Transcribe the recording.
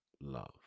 love